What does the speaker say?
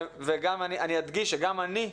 אני אדגיש ואומר שגם אני,